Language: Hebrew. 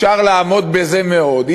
אפשר לעמוד בזה מאוד.